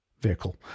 vehicle